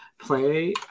Play